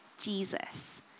Jesus